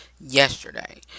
yesterday